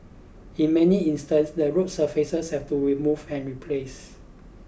in many instances the road surfaces have to removed and replaced